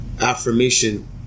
affirmation